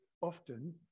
often